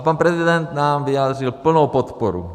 Pan prezident nám vyjádřil plnou podporu.